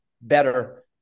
better